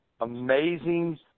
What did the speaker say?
amazing